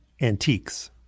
antiques